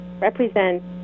represents